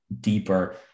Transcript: deeper